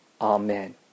Amen